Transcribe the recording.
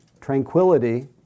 tranquility